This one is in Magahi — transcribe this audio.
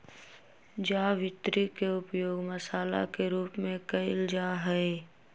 जावित्री के उपयोग मसाला के रूप में कइल जाहई